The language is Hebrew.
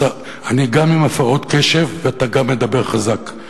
אני גם עם הפרעות קשב, ואתה גם מדבר חזק.